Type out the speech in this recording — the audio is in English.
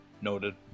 noted